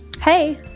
Hey